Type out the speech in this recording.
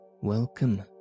welcome